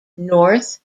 north